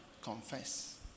confess